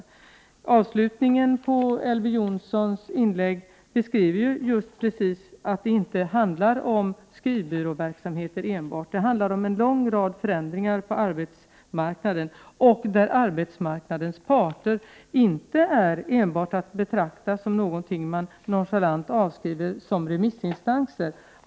I avslutningen av sitt inlägg beskrev Elver Jonsson just att det inte handlar enbart om skrivbyråverksamhet — det handlar om en lång rad förändringar på arbetsmarknaden. Där är arbetsmarknadens parter inte att betrakta enbart som någonting som man nonchalant prickar av som remissinstanser.